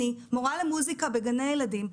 מורה למוזיקה בגני ילדים,